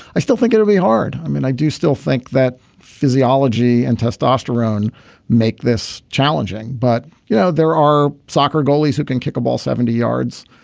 i still think it will be hard. i mean i do still think that physiology and testosterone make this challenging but you know there are soccer goalies who can kick a ball seventy yards.